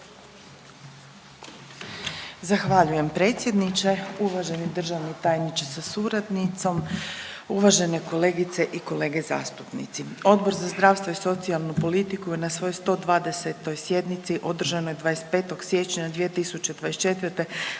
Zahvaljujem predsjedniče. Uvaženi državni tajniče sa suradnicom, uvažene kolegice i kolege zastupnici. Odbor za zdravstvo i socijalnu politiku je na svojoj 120. sjednici održanoj 25. siječnja 2024.